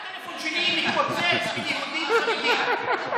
בגללך הטלפון שלי מתפוצץ מיהודים חביבים,